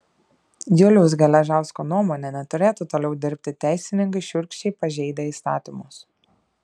juliaus geležausko nuomone neturėtų toliau dirbti teisininkai šiurkščiai pažeidę įstatymus